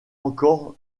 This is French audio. encore